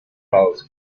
files